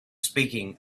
speaking